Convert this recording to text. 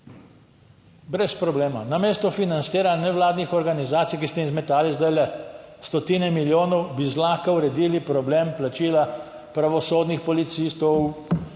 Brez problema. Namesto financiranja nevladnih organizacij, ki ste jim zmetali zdajle stotine milijonov, bi zlahka uredili problem plačila pravosodnih policistov,